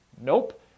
Nope